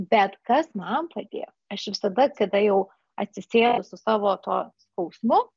bet kas man padėjo aš visada kada jau atsisėdu su savo tuo skausmu